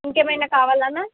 ఇంకేమైనా కావాలా మ్యామ్